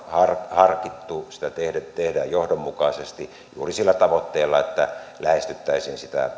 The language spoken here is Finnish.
harkittu sitä tehdään johdonmukaisesti juuri sillä tavoitteella että lähestyttäisiin